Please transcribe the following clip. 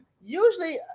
usually